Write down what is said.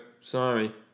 sorry